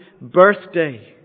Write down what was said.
birthday